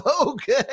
Okay